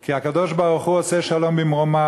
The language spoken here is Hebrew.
כי הקדוש-ברוך-הוא עושה שלום במרומיו,